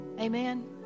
Amen